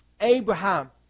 Abraham